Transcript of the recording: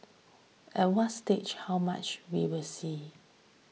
at what stage how much we will see